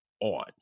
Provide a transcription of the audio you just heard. on